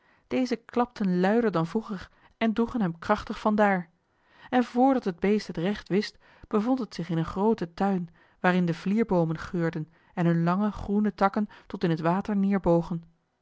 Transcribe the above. deze klapten luider dan vroeger en droegen hem krachtig van daar en voordat het beest het recht wist bevond het zich in een grooten tuin waarin de vlierboomen geurden en hun lange groene takken tot in het water